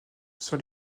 sur